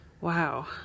Wow